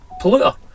polluter